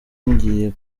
ngiye